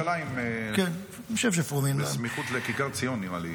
זה פה, בירושלים, בסמיכות לכיכר ציון, נראה לי.